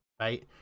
right